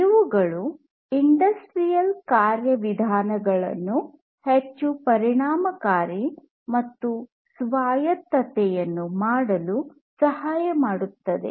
ಇವುಗಳು ಇಂಡಸ್ಟ್ರಿಯಲ್ ಕಾರ್ಯವಿಧಾನಗಳನ್ನು ಹೆಚ್ಚು ಪರಿಣಾಮಕಾರಿ ಮತ್ತು ಸ್ವಾಯತ್ತತೆಯನ್ನು ಮಾಡಲು ಸಹಾಯ ಮಾಡುತ್ತವೆ